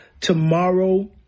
tomorrow